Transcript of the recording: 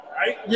right